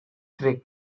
trick